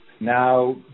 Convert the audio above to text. Now